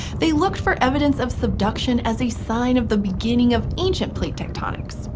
they looked for evidence of subduction as a sign of the beginning of ancient plate tectonics.